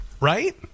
Right